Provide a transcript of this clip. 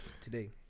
today